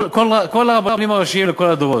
כל הרבנים הראשיים בכל הדורות.